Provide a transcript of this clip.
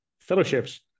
Fellowships